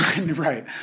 right